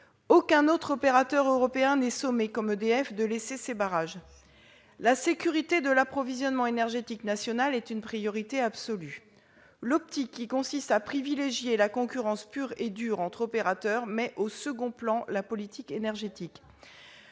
Aucun autre opérateur européen n'est sommé, comme EDF, de laisser ses barrages ! La sécurité de l'approvisionnement énergétique nationale est une priorité absolue. L'optique qui consiste à privilégier la concurrence pure et dure entre opérateurs met au second plan la politique énergétique.